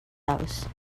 house